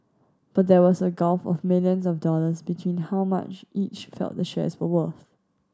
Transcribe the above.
but there was a gulf of millions of dollars between how much each felt the shares were worth